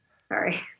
Sorry